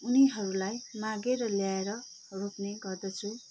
उनीहरूलाई मागेर ल्याएर रोप्ने गर्दछु